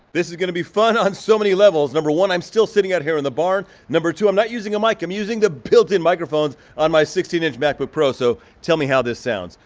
this is gonna be fun on so many levels. number one, i'm still sitting out here in the barn. number two, i'm not using a mic i'm using the built in microphones on my sixteen inch macbook pro. so, tell me how this sounds.